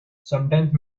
sometimes